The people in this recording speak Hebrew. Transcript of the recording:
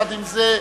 עם זאת,